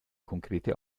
konkrete